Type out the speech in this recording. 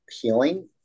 healing